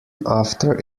after